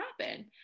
happen